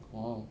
orh